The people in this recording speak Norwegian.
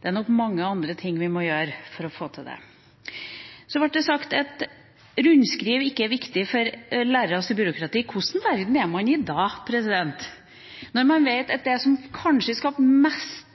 Det er nok mange andre ting vi må gjøre for å få til det. Så ble det sagt at rundskriv ikke er viktig for mindre byråkrati for lærerne. Hvilken verden er man i da, når man vet at det som kanskje skapte mest